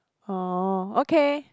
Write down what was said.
orh okay